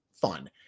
fun